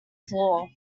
floor